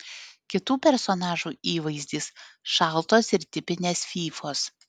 kitų personažų įvaizdis šaltos ir tipinės fyfos